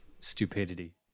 stupidity